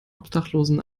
obdachlosen